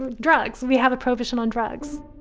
drugs we have a prohibition on drugs,